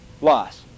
loss